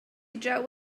draw